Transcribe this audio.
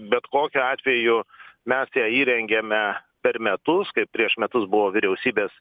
bet kokiu atveju mes ją įrengėme per metus kai prieš metus buvo vyriausybės